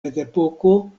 mezepoko